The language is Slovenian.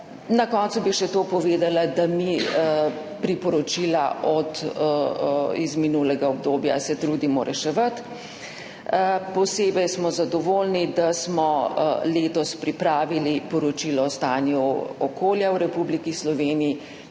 Na koncu bi povedala še to, da se mi priporočila iz minulega obdobja trudimo reševati. Posebej smo zadovoljni, da smo letos pripravili poročilo o stanju okolja v Republiki Sloveniji,